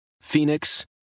Phoenix